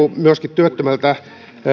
myöskin työttömältä